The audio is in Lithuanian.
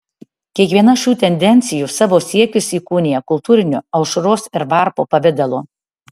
kiekviena šių tendencijų savo siekius įkūnija kultūriniu aušros ir varpo pavidalu